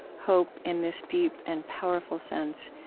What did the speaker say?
hope, in this deep and powerful sense,